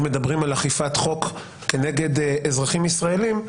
אם מדברים על אכיפת חוק כנגד אזרחים ישראלים,